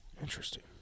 Interesting